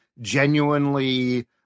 genuinely